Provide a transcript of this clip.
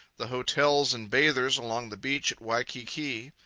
the hotels and bathers along the beach at waikiki,